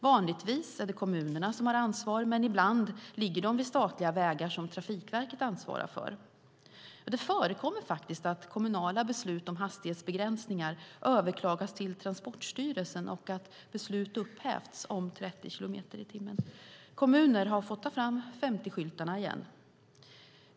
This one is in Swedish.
Vanligtvis är det kommunerna som har ansvaret, men ibland ligger skolor och förskolor vid statliga vägar som Trafikverket ansvarar för. Det förekommer faktiskt att kommunala beslut om hastighetsbegränsningar överklagas till Transportstyrelsen och att beslut upphävs. Kommuner har fått ta fram 50-skyltarna igen.